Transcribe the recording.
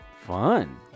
fun